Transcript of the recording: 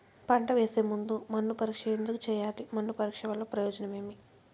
పంట వేసే ముందు మన్ను పరీక్ష ఎందుకు చేయాలి? మన్ను పరీక్ష వల్ల ప్రయోజనం ఏమి?